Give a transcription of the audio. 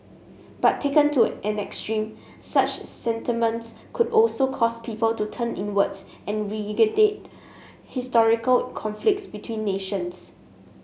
but taken to an extreme such sentiments could also cause people to turn inwards and historical conflicts between nations